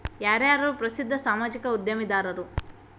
ಯಾರ್ಯಾರು ಪ್ರಸಿದ್ಧ ಸಾಮಾಜಿಕ ಉದ್ಯಮಿದಾರರು